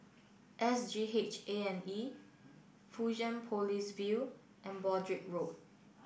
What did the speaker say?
S G H A and E Fusionopolis View and Broadrick Road